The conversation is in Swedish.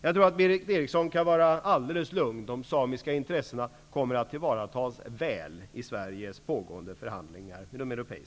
Jag tror att Berith Eriksson kan vara alldeles lugn. De samiska intressena kommer att tillvaratas väl i